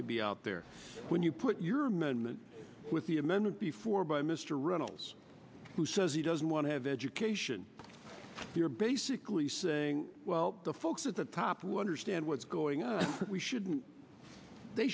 to be out there when you put your amendment with the amendment before by mr reynolds who says he doesn't want to have education you're basically saying well the folks at the top wonder stand what's going on we shouldn't they